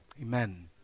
Amen